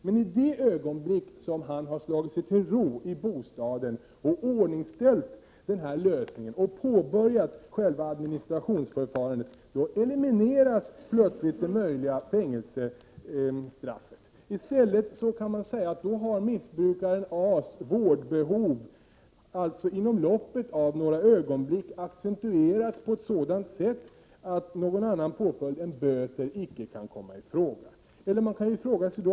Men i det ögonblick som missbrukaren A har slagit sig till ro, och iordningställt lösningen och påbörjat själva administrationsförfarandet, elimineras plötsligt det möjliga fängelsestraffet. I stället har då missbrukaren A:s antagliga vårdbehov inom loppet av några ögonblick accentuerats på ett sådant sätt att någon annan påföljd än böter icke kan komma i fråga.